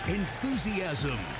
enthusiasm